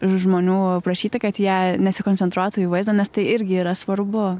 iš žmonių prašyti kad jie nesikoncentruotų į vaizdą nes tai irgi yra svarbu